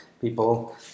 people